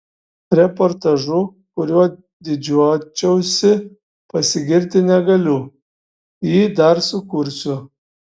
reportažu kuriuo didžiuočiausi pasigirti negaliu jį dar sukursiu